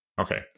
Okay